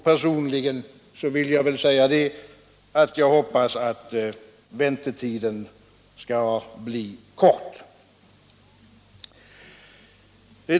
Personligen vill jag säga att jag hoppas att väntetiden skall bli kort.